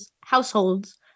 households